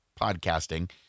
podcasting